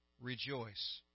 rejoice